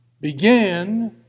began